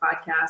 podcast